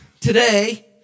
today